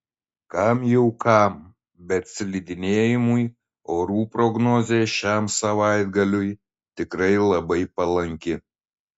kam jau kam bet slidinėjimui orų prognozė šiam savaitgaliui tikrai labai palanki